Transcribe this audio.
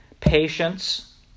Patience